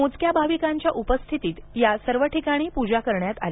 मोजक्या भाविकांच्या उपस्थितीत या सर्व ठिकाणी पूजा करण्यात आली